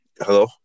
Hello